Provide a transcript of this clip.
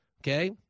Okay